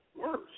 worse